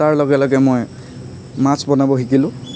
তাৰ লগে লগে মই মাছ বনাব শিকিলোঁ